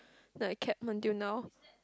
then I kept until now